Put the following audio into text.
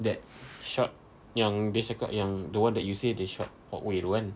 that short yang dia cakap yang the [one] that you say is short walkway tu kan